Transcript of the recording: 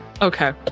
Okay